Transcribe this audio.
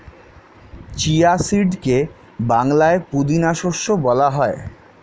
chia সিডকে বাংলায় পুদিনা শস্য বলা হয়